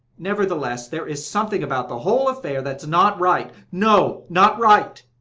nevertheless, there is something about the whole affair that is not right no, not right!